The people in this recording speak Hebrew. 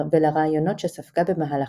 ולרעיונות שספגה במהלכה,